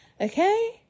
Okay